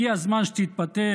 הגיע הזמן שתתפטר,